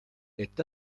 est